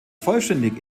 vollständig